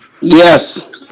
yes